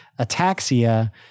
ataxia